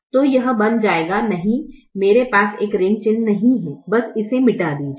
तो यह बन जाएगा नहीं मेरे पास एक ऋण चिह्न नहीं है बस इसे मिटा दीजिये